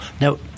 now